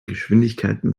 geschwindigkeiten